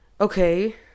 Okay